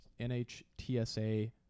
NHTSA